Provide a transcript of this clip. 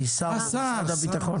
הייתי שר במשרד הביטחון.